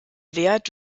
wert